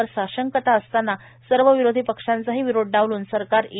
वर साशंकता असतांना सर्व विरोधी पक्षांचाही विरोध डावलून सरकार ई